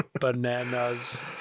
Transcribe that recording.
bananas